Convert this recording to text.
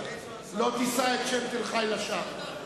לא תישא את שם, לשווא.